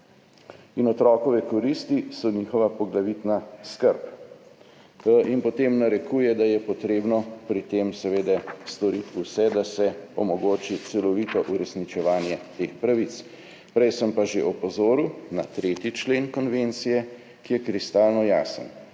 »Otrokove koristi so njihova poglavitna skrb.« In potem narekuje, da je treba pri tem seveda storiti vse, da se omogoči celovito uresničevanje teh pravic. Prej sem pa že opozoril na 3. člen konvencije, ki je kristalno jasen,